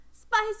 Spice